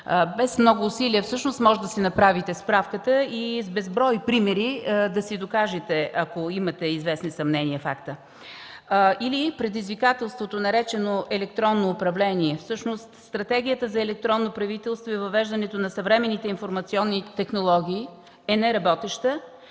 Без много усилия можете да си направите справката и да си докажете, ако имате известни съмнения, факта. Предизвикателството, наречено „електронно управление”, всъщност Стратегията за електронно правителство е въвеждане на съвременните информационни технологии, но е неработеща.